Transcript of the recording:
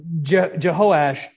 Jehoash